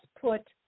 put